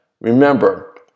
Remember